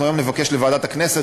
אנחנו נבקש היום להעביר לוועדת הכנסת,